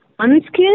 unskilled